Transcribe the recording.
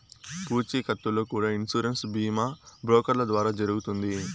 పూచీకత్తుతో కూడా ఇన్సూరెన్స్ బీమా బ్రోకర్ల ద్వారా జరుగుతుంది